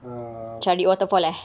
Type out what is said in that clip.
um